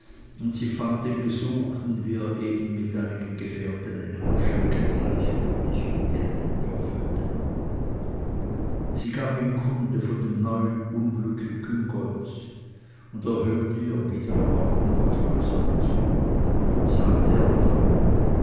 und sie fand den gesuchten wie er eben mit einigen gefährten in einer schenke gleichgültig um geld würfelte sie gab ihm kunde von dem neuen unglücke küngolts und er hörte ihr wider erwarten aufmerksam zu sagte aber dann